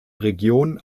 region